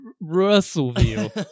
russellville